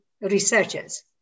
researchers